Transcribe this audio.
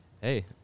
Hey